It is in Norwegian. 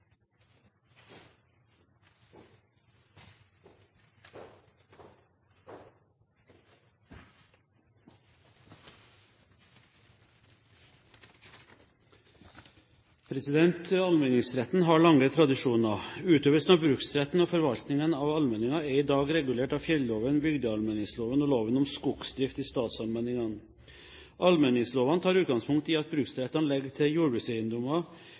saken. Allmenningsretten har lange tradisjoner. Utøvelsen av bruksrettene og forvaltningen av allmenningene er i dag regulert av fjellloven, bygdeallmenningsloven og loven om skogsdrift i statsallmenningene. Allmenningslovene tar utgangspunkt i at bruksrettene ligger til